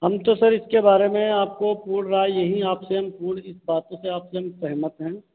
हम तो सर इसके बारे मे आपको पूर्ण राय यही आप से पूर्ण इन बातों से आपसे हम सहमत हैं